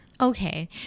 Okay